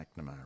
McNamara